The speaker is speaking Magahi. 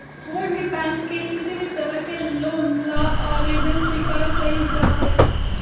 कोई भी बैंक में किसी भी तरह के लोन ला आवेदन स्वीकार्य कइल जाहई